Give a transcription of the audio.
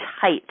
tight